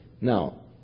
Now